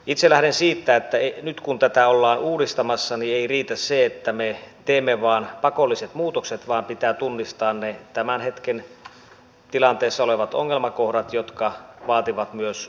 itse lähden siitä että nyt kun tätä ollaan uudistamassa niin ei riitä se että me teemme vain pakolliset muutokset vaan pitää tunnistaa ne tämän hetken tilanteessa olevat ongelmakohdat jotka vaativat myös korjausta